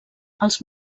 els